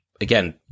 again